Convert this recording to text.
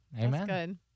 Amen